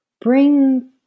bring